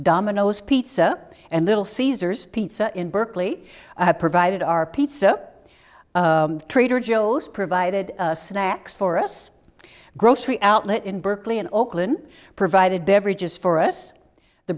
domino's pizza and little caesars pizza in berkeley provided our pizza trader joe's provided snacks for us grocery outlet in berkeley and oakland provided beverages for us the